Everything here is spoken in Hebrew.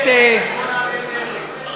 על חשבון אריה דרעי.